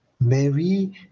Mary